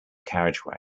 carriageway